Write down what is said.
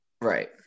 Right